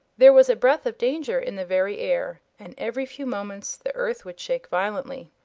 there was a breath of danger in the very air, and every few moments the earth would shake violently.